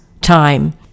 time